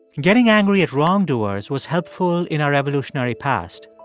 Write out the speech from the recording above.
getting angry at wrongdoers was helpful in our evolutionary past,